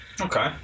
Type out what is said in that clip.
Okay